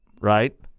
right